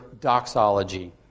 doxology